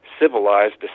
civilized